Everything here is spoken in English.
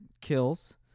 kills